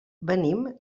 venim